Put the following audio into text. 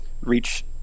reach